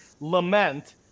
lament